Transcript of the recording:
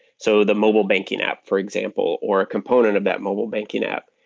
so the mobile banking app for example, or a component of that mobile banking app.